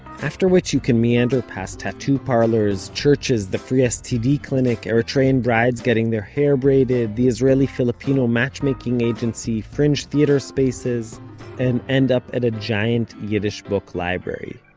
after which you can meander past tattoo parlors, churches, the free std clinic, eritrean brides getting their hair braided, the israeli-filipino matchmaking agency, fringe theater spaces and end up at a giant yiddish book library.